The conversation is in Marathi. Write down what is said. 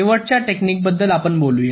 शेवटच्या टेक्निक बद्दल आपण बोलूया